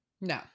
No